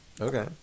Okay